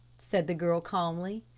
said the girl calmly.